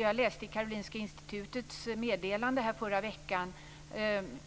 Jag läste i Karolinska institutets meddelande i förra veckan